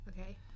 Okay